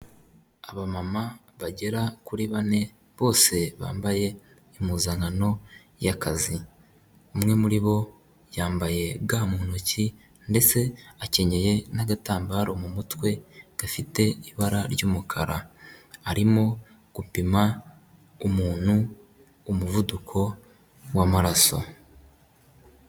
Abamama bagera kuri bane bose bambaye impuzankano y'akazi, umwe muri bo yambaye ga mu ntoki ndetse akenyeye n'agatambaro mu mutwe gafite ibara ry'umukara, arimo gupima umuntu umuvuduko w'amaraso.